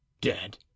dead